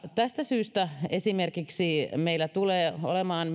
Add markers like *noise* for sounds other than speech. tästä syystä esimerkiksi perussuomalaisten vaihtoehtobudjetissa tulee olemaan *unintelligible*